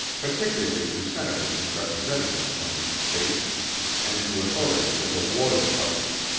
particularly to senators and representatives from these states and to authorities of the war department.